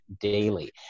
daily